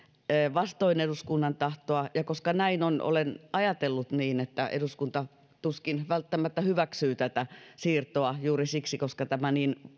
vastoin eduskunnan tahtoa ja koska näin on olen ajatellut niin että eduskunta tuskin välttämättä hyväksyy tätä siirtoa juuri siksi että tämä